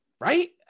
Right